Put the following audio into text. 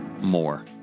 more